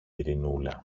ειρηνούλα